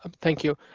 um thank you.